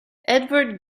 edvard